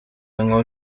nkuru